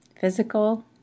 Physical